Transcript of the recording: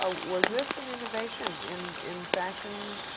ah was this an innovation in in fashion